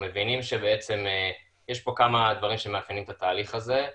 שמאפיינים את התהליך הזה,